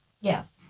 Yes